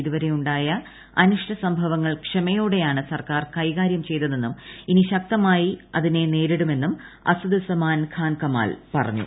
ഇതുവരെയുണ്ടായ അനിഷ്ട സംഭവങ്ങൾ ക്ഷമയോടെയാണ് സർക്കാർ കൈകാര്യം ചെയ്തതെന്നും ഇനി ശക്തമായി ഇതിനെ നേരിടുമെന്നും അസദുസ്സമാൻ ഖാൻ കാൽ പറഞ്ഞു